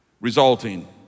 resulting